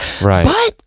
right